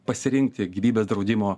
pasirinkti gyvybės draudimo